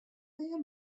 pear